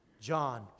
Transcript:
John